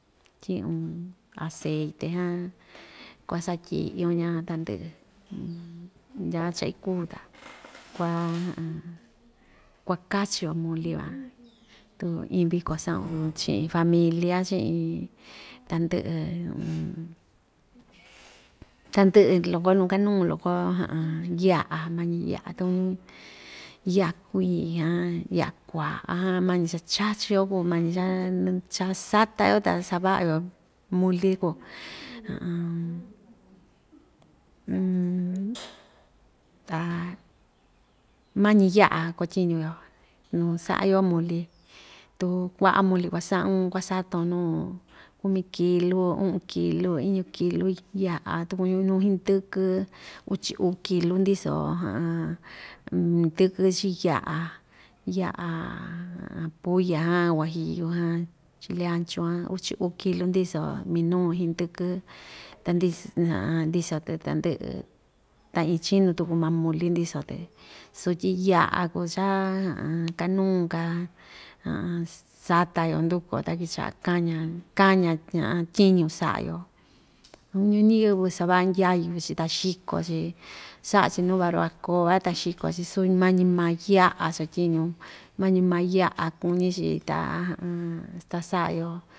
Tyi'un aceite jan kuasatyi'yon ña tandɨ'ɨ ndya cha‑ikuu ta kua kuakachi‑yo muli van tu iin viko sa'un chi'in familia chi'in tandɨ'ɨ tandɨ'ɨ loko nuu kanuu loko ya'a mañi ya'a tukuñu ya'a kuii ya'a kua'a jan mañi cha chachi‑yo kuu mañi chaa chasata‑yo ta sava'a‑yo muli kuu ta mañi ya'a kuatyiñuyo nuu sa'a‑yo muli tu kua'a muli kuasa'un kuasaton nuu kumi kilu u'un kilu iñu kilu ya'a tukuñu nuu hndɨkɨ uchi uu kilu ndiso hndɨkɨ chii ya'a ya'a pulla jan huajiyu jan chile ancho jan uchi uu liku ndiso minu hndɨkɨ ta ndi ta ndiso‑tɨ tandɨ'ɨ ta iin chinu tuku maa muli ndiso‑tɨ sutyi ya'a kuu cha kanuu‑ka sata‑yo nduku‑yo ta kicha'a kaña kaña tyiñu sa'a‑yo ñiyɨvɨ sava'a ndyayu‑chi ta xiko‑chi sa'a‑chi nuu barbacoa ta xiko‑chi su mañi‑ma ya'a chatyiñu mañi‑maa ya'a kuñi‑chi ta ta sa'a‑yo.